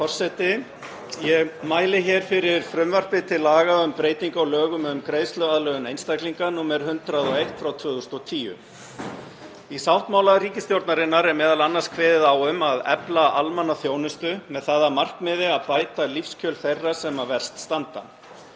Ég mæli hér fyrir frumvarpi til laga um breytingu á lögum um greiðsluaðlögun einstaklinga, nr. 101/2010. Í sáttmála ríkisstjórnarinnar er meðal annars kveðið á um að efla almannaþjónustu með það að markmiði að bæta lífskjör þeirra sem verst standa.